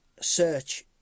search